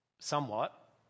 somewhat